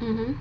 mmhmm